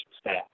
staff